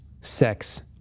sex